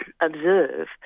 observe